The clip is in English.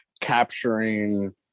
capturing